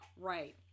right